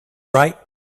right